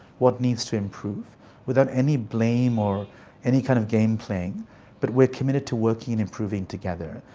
what needs to improve without any blame or any kind of game playing but we're committed to working and improving together'.